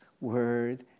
word